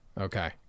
okay